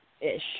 ish